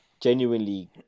genuinely